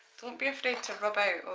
don't be afraid to rub out,